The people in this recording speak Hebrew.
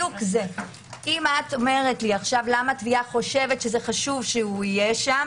אם את אומרת למה התביעה חושבת שחשוב שהוא יהיה שם,